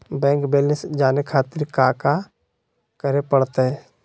Bank balance जाने खातिर काका करे पड़तई?